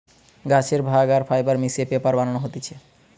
গাছের ভাগ আর ফাইবার মিশিয়ে পেপার বানানো হতিছে